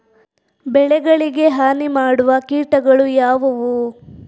ಬೆಳೆಗಳಿಗೆ ಹಾನಿ ಮಾಡುವ ಕೀಟಗಳು ಯಾವುವು?